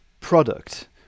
product